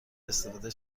استفاده